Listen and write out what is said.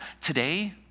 Today